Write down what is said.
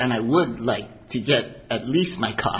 and i would like to get at least my car